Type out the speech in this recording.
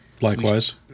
Likewise